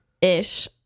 ish